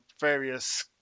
various